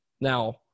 Now